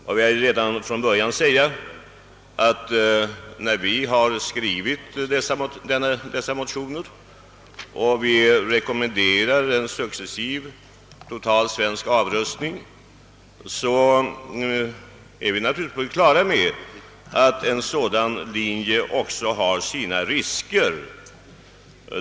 Jag vill redan från början säga, att vi när vi har skrivit dessa motioner och rekommenderar en «successiv total svensk avrustning naturligtvis varit på det klara med att en sådan linje också har sina risker.